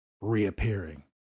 reappearing